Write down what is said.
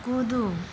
कूदू